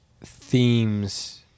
themes